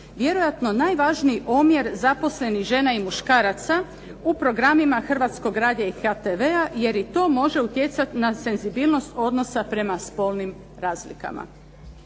vjerojatno najvažniji omjer zaposlenih žena i muškaraca u programima Hrvatskog radija i HTV-a jer i to može utjecati na senzibilnost odnosa prema spolnim razlikama,